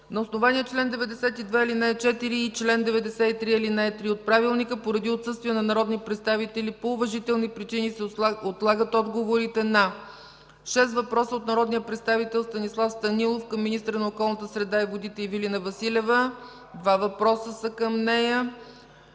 На основание чл. 92, ал. 4 и чл. 97, ал. 3 от Правилника, поради отсъствие на народни представители по уважителни причини се отлагат отговорите на: - шест въпроса от народния представител Станислав Станилов към министъра на околната среда и водите Ивелина Василева – 2 въпроса, към